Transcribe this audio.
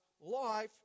life